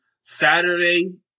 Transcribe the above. Saturday